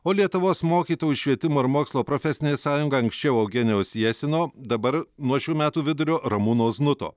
o lietuvos mokytojų švietimo ir mokslo profesinė sąjunga anksčiau eugenijaus jesino dabar nuo šių metų vidurio ramūno znuto